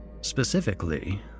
specifically